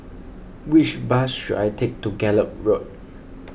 which bus should I take to Gallop Road